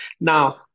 Now